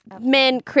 men